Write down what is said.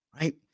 right